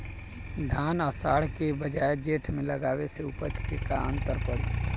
धान आषाढ़ के बजाय जेठ में लगावले से उपज में का अन्तर पड़ी?